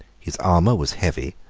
his armor was heavy,